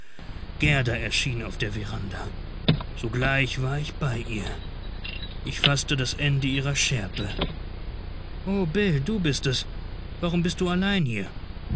gerda erschien auf der veranda sogleich war ich bei ihr ich faßte das ende ihrer schärpe o bill du bist es warum bist du hier